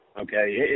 okay